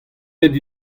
ned